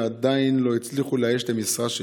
ועדיין לא הצליחו לאייש את המשרה שלי.